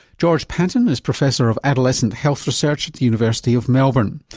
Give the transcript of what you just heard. george patton is professor of adolescent health research at the university of melbourne.